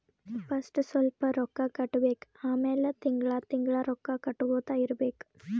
first ಸ್ವಲ್ಪ್ ರೊಕ್ಕಾ ಕಟ್ಟಬೇಕ್ ಆಮ್ಯಾಲ ತಿಂಗಳಾ ತಿಂಗಳಾ ರೊಕ್ಕಾ ಕಟ್ಟಗೊತ್ತಾ ಇರ್ಬೇಕ್